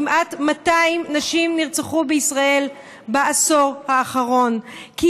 כמעט 200 נשים נרצחו בישראל בעשור האחרון כי